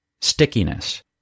Stickiness